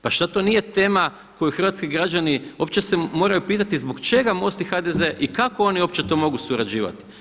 Pa šta to nije tema koju hrvatski građani opće se moraju pitati zbog čega MOST i HDZ i kako oni opće to mogu surađivati?